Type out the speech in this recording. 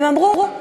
והן אמרו,